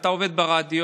אתה עובד ברדיו,